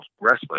wrestling